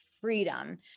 freedom